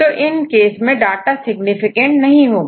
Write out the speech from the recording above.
तो इन केस में डाटा सिग्निफिकेंट नहीं होगा